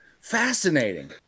Fascinating